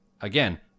again